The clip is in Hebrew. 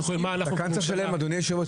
אדוני היושב-ראש,